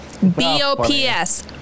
B-O-P-S